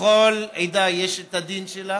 לכל עדה יש את הדין שלה